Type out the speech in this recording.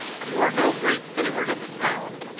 you are no great favorite in the town,